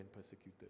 persecuted